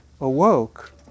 awoke